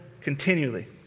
continually